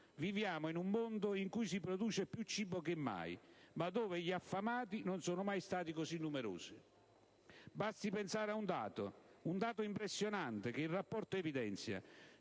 «Viviamo in un mondo in cui si produce più cibo che mai, ma dove gli affamati non sono mai stati così numerosi». Basti pensare a un dato, impressionante, che il rapporto evidenzia: